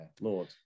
Lord